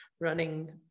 running